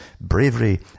bravery